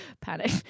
Panic